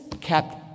kept